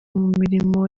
mirimo